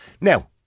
Now